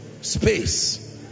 Space